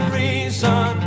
reason